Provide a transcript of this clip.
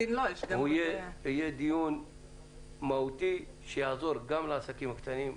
הוא יהיה דיון מהותי שיעזור גם לעסקים הקטנים,